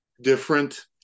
different